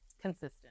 consistent